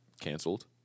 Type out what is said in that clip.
canceled